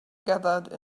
gathered